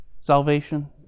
salvation